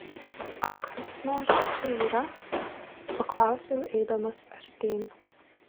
ar kas nors čia yra paklausiau eidamas artyn